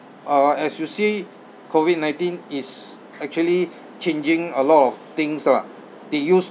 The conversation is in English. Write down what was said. uh as you see COVID nineteen is actually changing a lot of things lah they use